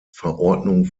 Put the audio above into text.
verordnung